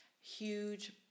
huge